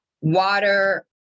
Water